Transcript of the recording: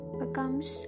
becomes